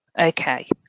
Okay